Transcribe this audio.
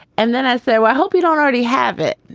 and then i said, well, i hope you don't already have it.